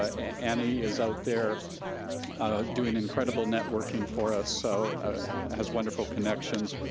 ah annie is out there doing incredible networking for us, so has wonderful connections.